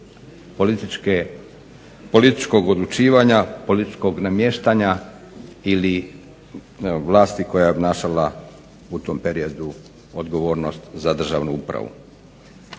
potrebama političkog odlučivanja, političkog namještanja ili vlasti koja je obnašala u tom periodu odgovornost za državnu upravu.